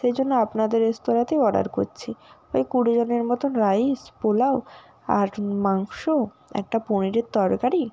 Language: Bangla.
সে জন্য আপনাদের রেস্তোরাঁতেই অর্ডার কচ্ছি ওই কুড়ি জনের মতো রাইস পোলাও আর মাংস একটা পনিরের তরকারি